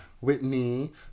Whitney